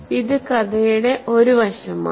ഇത് കഥയുടെ ഒരു വശമാണ്